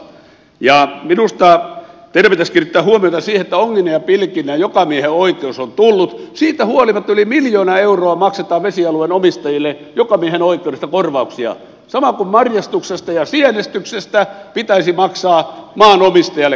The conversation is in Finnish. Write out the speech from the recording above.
minusta teidän pitäisi kiinnittää huomiota siihen että onginnan ja pilkinnän jokamiehenoikeus on tullut mutta siitä huolimatta yli miljoona euroa maksetaan vesialueiden omistajille jokamiehenoikeudesta korvauksia sama kuin marjastuksesta ja sienestyksestä pitäisi maksaa maanomistajalle korvauksia